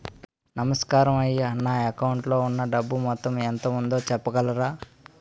నమస్కారం అయ్యా నా అకౌంట్ లో ఉన్నా డబ్బు మొత్తం ఎంత ఉందో చెప్పగలరా?